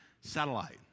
satellite